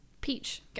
peach